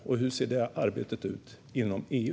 Och hur ser det arbetet ut inom EU?